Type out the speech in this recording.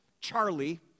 Charlie